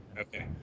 Okay